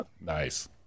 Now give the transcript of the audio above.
Nice